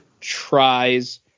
Tries